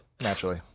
naturally